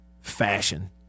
Fashion